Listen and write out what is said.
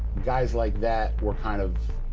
guys like that were kind of